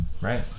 Right